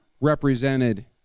represented